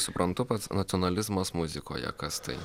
suprantu pats nacionalizmas muzikoje kas tai